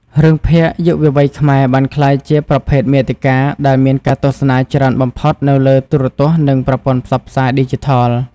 រឿងភាគយុវវ័យខ្មែរបានក្លាយជា ប្រភេទមាតិកា ដែលមានការទស្សនាច្រើនបំផុតនៅលើទូរទស្សន៍និងប្រព័ន្ធផ្សព្វផ្សាយឌីជីថល។